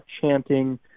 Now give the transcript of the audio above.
chanting